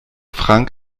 frank